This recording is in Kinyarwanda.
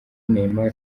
neymar